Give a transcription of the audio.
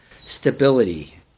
stability